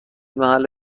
محل